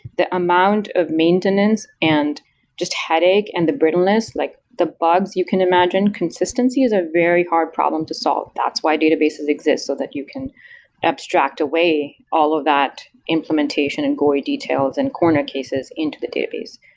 the amount of maintenance and just headache and the brittleness, like the bugs you can imagine, consistency is a very hard problem to solve. that's why databases exist, so that you can abstract away all of that implementation and gory details and corner cases into the database.